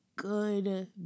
Good